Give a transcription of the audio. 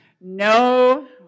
no